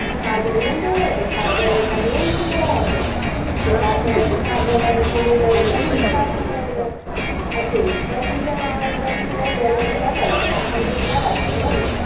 हँ खाद नहि देबै तऽ खाद देबे तभिये ने चीज रहत तऽ बिश्वसो होत खाद देबै पानी देबै तब ने बिश्वास होतै जे अथि कोई चीजेमे अगर कोई चीज नहि देबै तऽ हो तऽ सब्जी फरत नहि ने